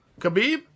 Khabib